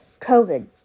COVID